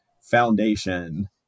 foundation